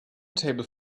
table